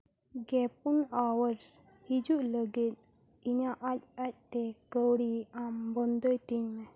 ᱜᱮ ᱯᱩᱱ ᱦᱟᱣᱟᱨᱥ ᱦᱤᱡᱩᱜ ᱞᱟᱹᱜᱤᱫ ᱤᱧᱟᱹᱜ ᱟᱡᱼᱟᱡ ᱛᱮ ᱠᱟᱹᱣᱰᱤ ᱟᱢ ᱵᱚᱱᱫᱚᱭ ᱛᱤᱧ ᱢᱮ